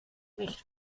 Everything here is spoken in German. nicht